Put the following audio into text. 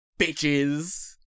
bitches